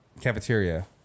cafeteria